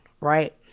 right